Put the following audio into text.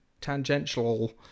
Tangential